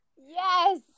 Yes